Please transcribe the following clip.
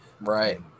Right